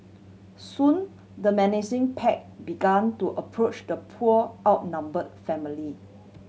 soon the menacing pack began to approach the poor outnumbered family